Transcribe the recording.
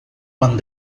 quan